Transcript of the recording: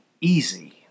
easy